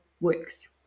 works